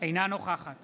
אינה נוכחת